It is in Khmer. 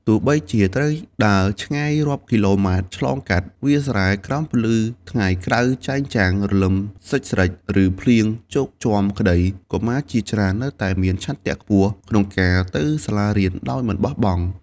ទោះបីជាត្រូវដើរឆ្ងាយរាប់គីឡូម៉ែត្រ ឆ្លងកាត់វាលស្រែក្រោមពន្លឺថ្ងៃក្តៅចែងចាំង រលឹមស្រិចៗ ឬភ្លៀងជោកជាំក្តី កុមារជាច្រើននៅតែមានឆន្ទៈខ្ពស់ក្នុងការទៅសាលារៀនដោយមិនបោះបង់។